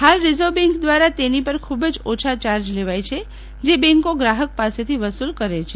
હાલન રીઝર્વી બેંકી દ્વારા તેની પર ખુબી જજ્યોછાન ચાર્જી લેવાય છે જે બેંકી ગ્રાહકો પાસેથી વસુલ કરે છે